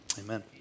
Amen